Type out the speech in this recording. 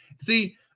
See